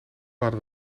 hadden